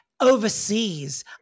overseas